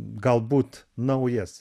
galbūt naujas